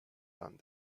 done